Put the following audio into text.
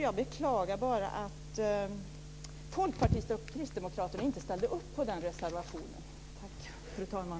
Jag beklagar bara att folkpartisterna och kristdemokraterna inte ställde upp på den reservationen.